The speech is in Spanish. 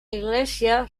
iglesia